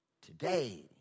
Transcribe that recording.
Today